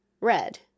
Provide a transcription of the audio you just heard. red